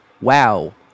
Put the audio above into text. wow